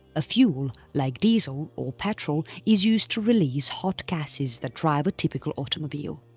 a fuel like diesel or petrol is used to release hot gases that drive a typical automobile.